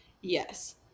yes